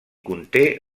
conté